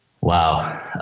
Wow